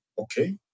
Okay